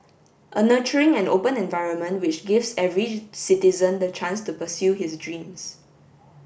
a nurturing and open environment which gives every citizen the chance to pursue his dreams